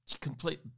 complete